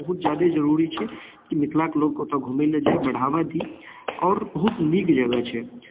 बहुत जादे जरूरी छै कि मिथिला के लोक ओतऽ घुमै लए जाइ बढ़ावा दी आओर बहुत नीक जगह छै